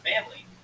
family